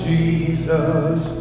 Jesus